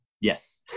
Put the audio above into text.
Yes